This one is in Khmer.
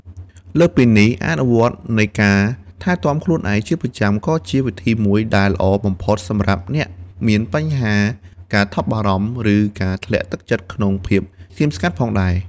លើសពីនេះ អនុវត្តនៃការថែទាំខ្លួនឯងជាប្រចាំក៏ជាវិធីមួយដែលល្អបំផុតសម្រាប់អ្នកមានបញ្ហាការថប់បារម្ភ ឬការធ្លាក់ទឹកចិត្តក្នុងភាពស្ងៀមស្ងាត់ផងដែរ។